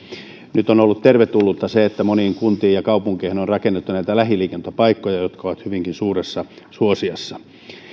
nyt on ollut tervetullutta se että moniin kuntiin ja kaupunkeihin on rakennettu lähiliikuntapaikkoja jotka ovat hyvinkin suuressa suosiossa